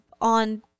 on